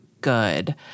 good